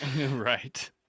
Right